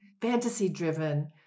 fantasy-driven